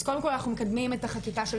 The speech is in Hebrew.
אז קודם כל אנחנו מקדמים את החקיקה של